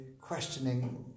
questioning